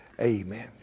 Amen